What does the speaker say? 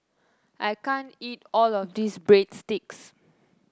I can't eat all of this Breadsticks